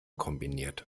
kombiniert